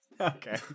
Okay